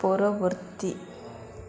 ପରବର୍ତ୍ତୀ